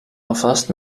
alvast